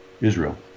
Israel